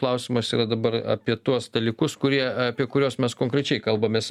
klausimas yra dabar apie tuos dalykus kurie apie kuriuos mes konkrečiai kalbamės